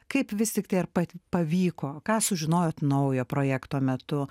kaip vis tiktai ar pa pavyko ką sužinojot naujo projekto metu